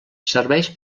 serveix